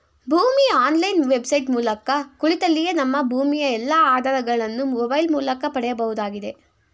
ಭೂಮಿ online website ಮೂಲಕ ಕುಳಿತಲ್ಲಿಯೇ ನಮ್ಮ ಭೂಮಿಯ ಎಲ್ಲಾ ಆಧಾರಗಳನ್ನು ಮೊಬೈಲ್ ಮೂಲಕ ಪಡೆಯಬಹುದಾಗಿದೆ